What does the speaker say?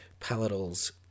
Palatals